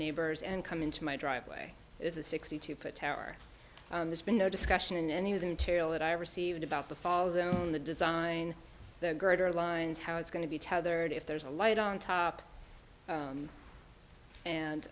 neighbors and come into my driveway is a sixty two foot tower there's been no discussion in any of the material that i received about the falls own the design the greater lines how it's going to be tethered if there's a light on top